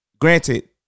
Granted